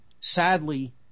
Sadly